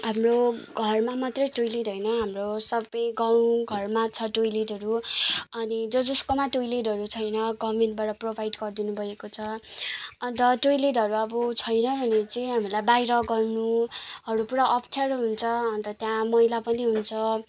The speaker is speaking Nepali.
हाम्रो घरमा मात्रै टोइलेट होइन हाम्रो सबै गाउँ घरमा छ टोइलेटहरू अनि ज जसकोमा टोइलेटहरू छैन गभर्मेन्टबाट प्रोभाइड गरिदिनुभएको छ अन्त टोइलेटहरू अब छैन भने चाहिँ हामीलाई बाहिर गर्नुहरू पुरा अप्ठ्यारो हुन्छ अन्त त्यहाँ मैला पनि हुन्छ